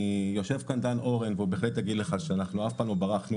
יושב כאן דן אורן והוא בהחלט יגיד לך שאף פעם לא ברחנו